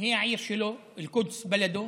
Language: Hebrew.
היא העיר שלו (חוזר על הדברים בערבית,)